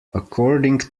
according